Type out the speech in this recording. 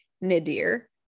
nadir